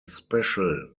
special